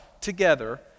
together